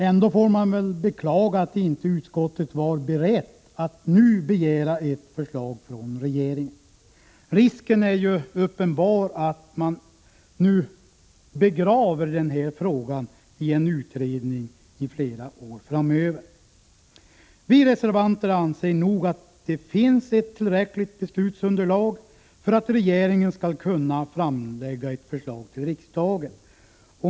Ändå får man beklaga att inte utskottet var berett att nu begära ett förslag från regeringen. Risken är ju uppenbar att man nu begraver den här frågan i en utredning i flera år framöver. Vi reservanter anser att det finns ett tillräckligt beslutsunderlag för att regeringen skäll kunna framlägga ett förslag till riksdagen.